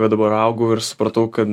va dabar augau ir supratau kad